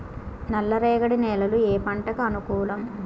నల్ల రేగడి నేలలు ఏ పంటకు అనుకూలం?